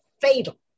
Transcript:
fatal